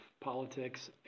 politics